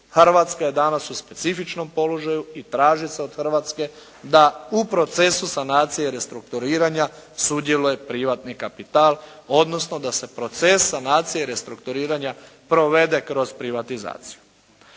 Hrvatska je danas u specifičnom položaju i traži se od Hrvatske da u procesu sanacije i restrukturiranja sudjeluje privatni kapital, odnosno da se proces sanacije i restrukturiranja provede kroz privatizaciju.